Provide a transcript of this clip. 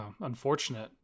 unfortunate